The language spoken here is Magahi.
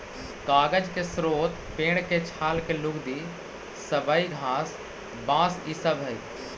कागज के स्रोत पेड़ के छाल के लुगदी, सबई घास, बाँस इ सब हई